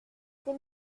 c’est